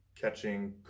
catching